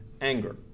anger